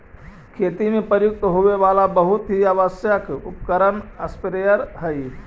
खेती में प्रयुक्त होवे वाला बहुत ही आवश्यक उपकरण स्प्रेयर हई